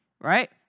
Right